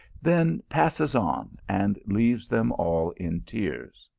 then passes on and leaves them all in tears.